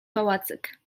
pałacyk